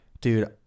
Dude